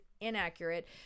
Inaccurate